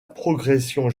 progression